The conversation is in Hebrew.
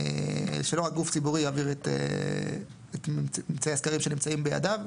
שלא רק גוף ציבורי יעביר את ממצאי הסקרים שנמצאים בידיו.